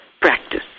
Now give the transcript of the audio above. practice